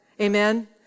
Amen